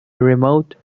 remote